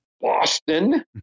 Boston